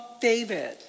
David